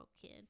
kid